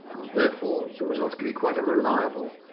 um therefore the results could be quite unreliable.